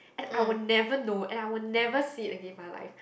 and I will never know and I will never see it again in my life